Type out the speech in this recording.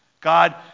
God